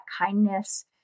kindness